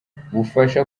bufasha